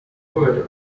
wood